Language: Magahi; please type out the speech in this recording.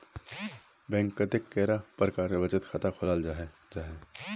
बैंक कतेक कैडा प्रकारेर बचत खाता खोलाल जाहा जाहा?